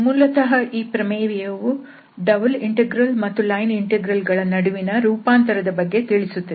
ಮೂಲತಃ ಈ ಪ್ರಮೇಯವು ಡಬಲ್ ಇಂಟೆಗ್ರಲ್ ಮತ್ತು ಲೈನ್ ಇಂಟೆಗ್ರಲ್ ಗಳ ನಡುವಿನ ರೂಪಾಂತರದ ಬಗ್ಗೆ ತಿಳಿಸುತ್ತದೆ